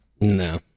No